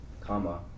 comma